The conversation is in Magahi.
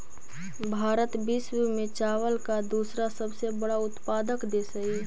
भारत विश्व में चावल का दूसरा सबसे बड़ा उत्पादक देश हई